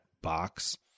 box